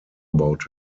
about